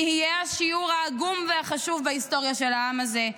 תהיה השיעור העגום והחשוב בהיסטוריה של העם הזה.